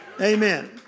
Amen